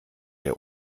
der